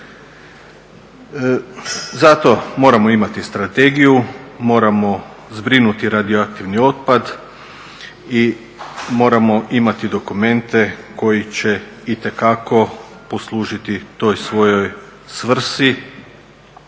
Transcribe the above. Zato moramo imati strategiju, moramo zbrinuti radioaktivni otpad i moramo imati dokumente koji će itekako poslužiti toj svojoj svrsi